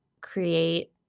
create